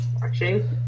watching